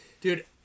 Dude